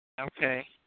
Okay